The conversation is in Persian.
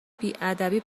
بیادبی